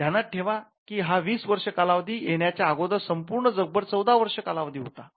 ध्यानात ठेवा की हा वीस वर्ष कालावधी येण्याच्या अगोदर संपूर्ण जगभर १४ वर्ष कालावधी होता